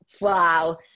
wow